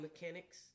mechanics